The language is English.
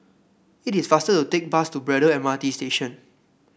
it is faster to take bus to Braddell M R T Station